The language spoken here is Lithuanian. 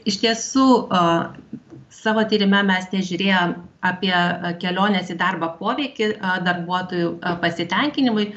iš tiesų a savo tyrime mes nežiūrėjom apie kelionės į darbą poveikį darbuotojų pasitenkinimui